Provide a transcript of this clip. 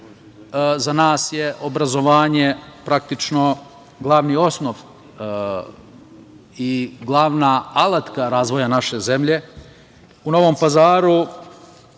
Za nas je obrazovanje praktično glavni osnov i glavna alatka razvoja naše zemlje. U Novom Pazaru